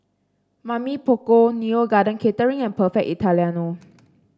Mamy Poko Neo Garden Catering and Perfect Italiano